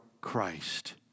Christ